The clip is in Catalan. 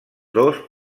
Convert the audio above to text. dos